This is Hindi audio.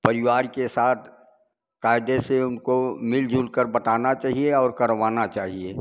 परिवार के साथ कायदे से उनको मिलजुल कर बताना चाहिए और करवाना चाहिए